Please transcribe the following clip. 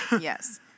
Yes